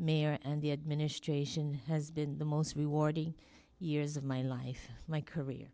mayor and the administration has been the most rewarding years of my life my career